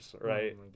right